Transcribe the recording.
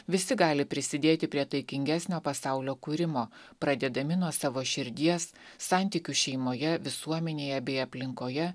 visi gali prisidėti prie taikingesnio pasaulio kūrimo pradėdami nuo savo širdies santykių šeimoje visuomenėje bei aplinkoje